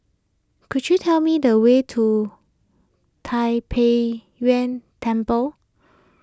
could you tell me the way to Tai Pei Yuen Temple